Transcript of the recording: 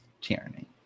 tyranny